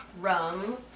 Rum